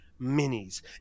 Minis